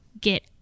get